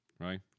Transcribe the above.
Right